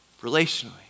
relationally